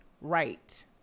right